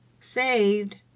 saved